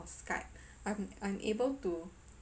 or Skype I'm I'm able to